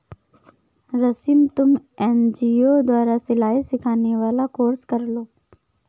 रश्मि तुम एन.जी.ओ द्वारा सिलाई सिखाने वाला कोर्स कर लो